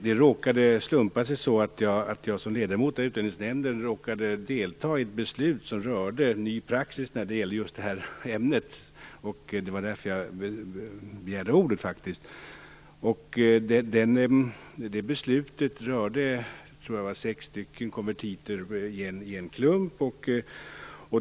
Herr talman! Det har råkat slumpa sig så att jag som ledamot av Utlänningsnämnden deltagit i ett beslut som rörde ny praxis i just det här ämnet, och det var därför som jag begärde ordet. Jag vill minnas att beslutet rörde sex konvertiter i klump.